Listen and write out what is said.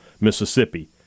Mississippi